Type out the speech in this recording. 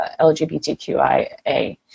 LGBTQIA